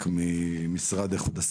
גם חברת הכנסת שלי טל מירון.